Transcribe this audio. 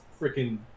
freaking